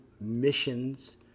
missions